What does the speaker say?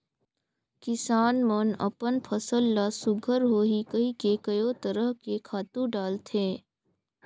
किसान मन अपन फसल ल सुग्घर होही कहिके कयो तरह के खातू डालथे